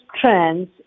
trends